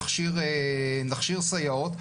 נכשיר סייעות,